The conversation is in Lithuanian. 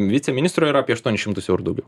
viceministro yra apie aštuonis šimtus eurų daugiau